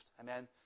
Amen